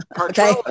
Okay